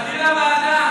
להעביר לוועדה.